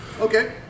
Okay